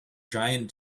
giant